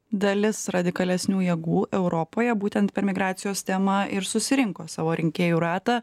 dalis radikalesnių jėgų europoje būtent per migracijos temą ir susirinko savo rinkėjų ratą